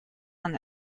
vingt